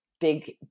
big